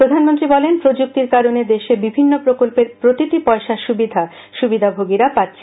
প্রধানমন্ত্রী বলেন প্রযুক্তির কারণে দেশে বিভিন্ন প্রকল্পের প্রতিটি পয়সার সুবিধা সুবিধাভোগীরা পাচ্ছে